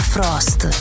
Frost